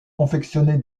confectionner